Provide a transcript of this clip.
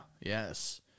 Yes